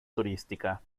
turística